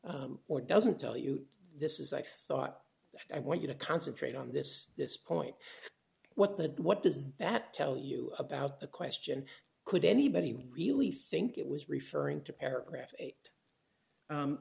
about or doesn't tell you this is i thought i want you to concentrate on this this point what that what does that tell you about the question could anybody really think it was referring to paragraph eight